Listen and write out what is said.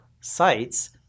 sites